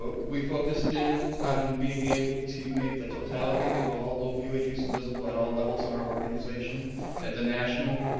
but we focused in on being able to make the totality of all opioid use visible at all levels in our organization at the national.